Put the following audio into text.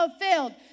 fulfilled